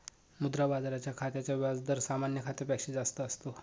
मुद्रा बाजाराच्या खात्याचा व्याज दर सामान्य खात्यापेक्षा जास्त असतो